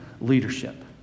leadership